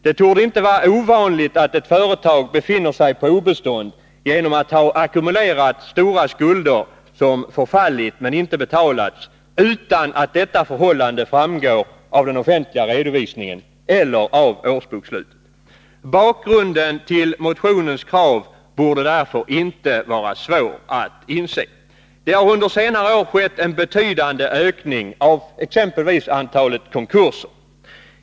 Det torde inte vara ovanligt att ett företag befinner sig på obestånd genom att ha ackumulerat stora skulder som förfallit men inte betalats utan att detta förhållande framgår av den offentliga redovisningen eller av årsbokslutet. Bakgrunden till motionens krav borde därför inte vara svår att inse. Det har under senare år skett en betydande ökning av exempelvis antalet konkurser.